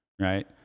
right